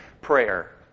prayer